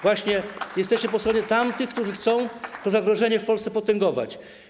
Właśnie jesteście po stronie tamtych, którzy chcą to zagrożenie w Polsce potęgować.